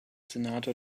senator